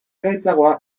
gaitzagoa